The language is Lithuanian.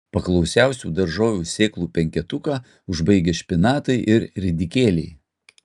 paklausiausių daržovių sėklų penketuką užbaigia špinatai ir ridikėliai